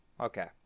okay